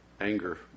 anger